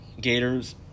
Gators